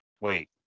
wait